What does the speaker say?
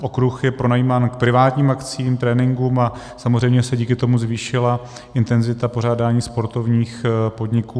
Okruh je pronajímán k privátním akcím, tréninkům a samozřejmě se díky tomu zvýšila intenzita pořádání sportovních podniků.